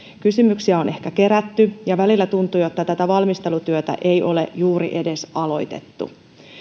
kysymyksiä on ehkä kerätty ja välillä tuntui että tätä valmistelutyötä ei ole juuri edes aloitettu